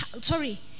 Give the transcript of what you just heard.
sorry